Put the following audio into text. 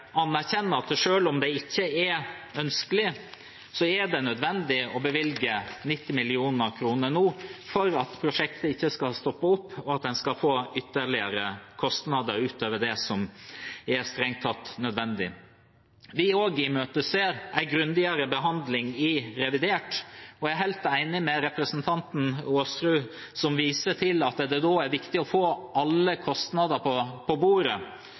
at selv om det ikke er ønskelig, er det nødvendig å bevilge 90 mill. kr nå, for at prosjektet ikke skal stoppe opp og en får ytterligere kostnader utover det som er strengt tatt nødvendig. Vi imøteser også en grundigere behandling i revidert. Jeg er helt enig med representanten Aasrud, som viser til at det da er viktig å få alle kostnader på bordet